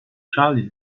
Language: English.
charlie